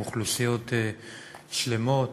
עם אוכלוסיות שלמות.